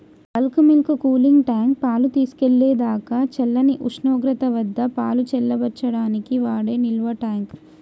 bulk milk cooling tank, పాలు తీసుకెళ్ళేదాకా చల్లని ఉష్ణోగ్రత వద్దపాలు చల్లబర్చడానికి వాడే నిల్వట్యాంక్